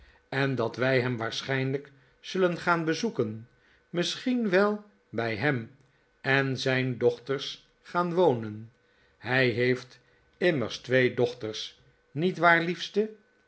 en dat wij hem waarschijnlijk zullen gaan bezoeken misschien wel bij hem en zijn zijn dochters gaan wonen hij heeft immefs dochters niet waar liefste